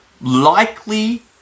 likely